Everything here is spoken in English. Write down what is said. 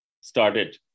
started